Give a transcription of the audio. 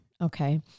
okay